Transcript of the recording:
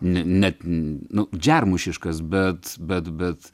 ne net nu džermušiškas bet bet bet